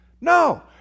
No